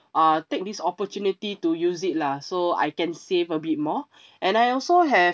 uh take this opportunity to use it lah so I can save a bit more and I also have